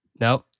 no